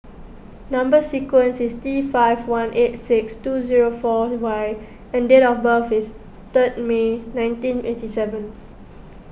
Number Sequence is T five one eight six two zero four Y and date of birth is third May nineteen eighty seven